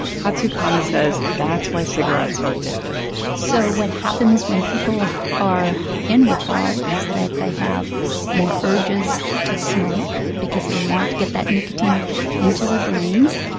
hatsukami says that's why cigarettes are addictive so what happens when people are in withdrawal is that they have more urges to smoke because they want to get that nicotine into their brains.